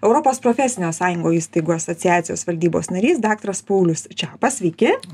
europos profesinių sąjungų įstaigų asociacijos valdybos narys daktaras paulius čepas sveiki